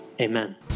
amen